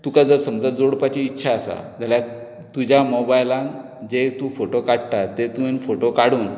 तुका जर समजा जोडपाची इच्छा आसा जाल्या तुज्या मोबायलान जे तूं फोटो काडटा ते तुयन फोटो काडून